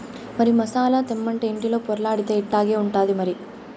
మరి మసాలా తెమ్మంటే ఇంటిలో పొర్లాడితే ఇట్టాగే ఉంటాది మరి